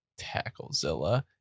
Tacklezilla